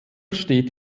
steht